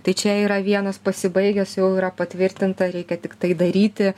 tai čia yra vienas pasibaigęs jau yra patvirtinta reikia tiktai daryti